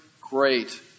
great